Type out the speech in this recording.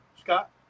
Scott